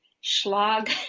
schlag